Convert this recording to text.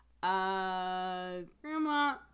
Grandma